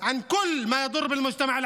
עבר הזמן.